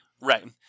Right